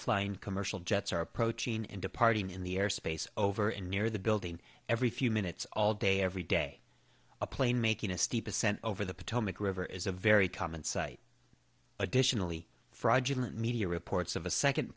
flying commercial jets are approaching and departing in the airspace over and near the building every few minutes all day every day a plane making a steep ascent over the potomac river is a very common sight additionally fraudulent media reports of a second